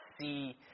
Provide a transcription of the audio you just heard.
see